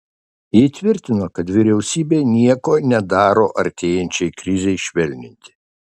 ji tvirtino kad vyriausybė nieko nedaro artėjančiai krizei švelninti